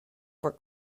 for